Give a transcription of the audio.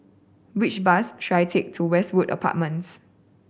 which bus should I take to Westwood Apartments